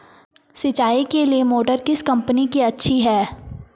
सिंचाई के लिए मोटर किस कंपनी की अच्छी है?